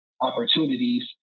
opportunities